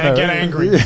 ah get angry.